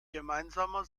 gemeinsamer